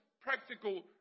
practical